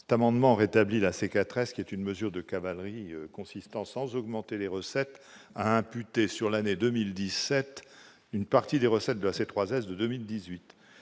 d'amendement rétablit la C4 est ce qui est une mesure de cavalerie consistant, sans augmenter les recettes, a imputé sur l'année 2017, une partie des recettes de ces 3 S 2018